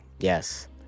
Yes